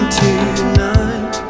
tonight